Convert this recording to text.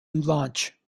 launch